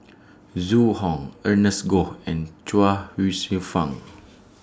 Zhu Hong Ernest Goh and Chuang Hsueh Fang